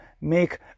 make